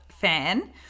fan